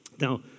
Now